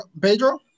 Pedro